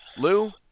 Lou